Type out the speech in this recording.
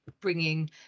bringing